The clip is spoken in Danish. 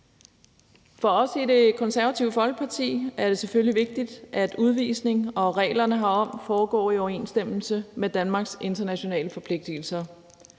For os i Det Konservative Folkeparti er det selvfølgelig vigtigt, at udvisning og reglerne herom foregår i overensstemmelse med Danmarks internationale forpligtigelser.